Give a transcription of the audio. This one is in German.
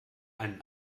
einen